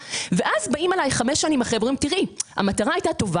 ואז באים חמש שנים אחרי ואומרים: המטרה הייתה טובה